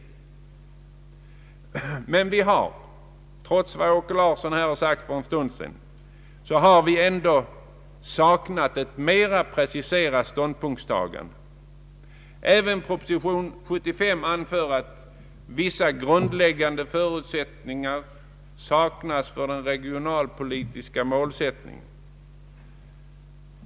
Vi har emellertid — trots vad herr Åke Larsson för en stund sedan sade — hittills saknat ett mera preciserat ståndpunktstagande. Även i propositionen nr 75 anförs att vissa grundläggande förutsättningar saknas för den regionalpolitiska målsättningen.